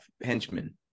henchmen